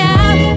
out